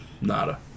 nada